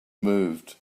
moved